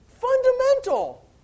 Fundamental